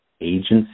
agency